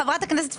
חברת הכנסת פרקש,